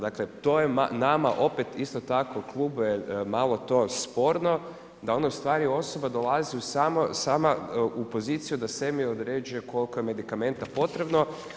Dakle to je nama isto tako u klubu je malo to sporno da onda osoba dolazi sama u poziciju da sebi određuje koliko je medikamenta potrebno.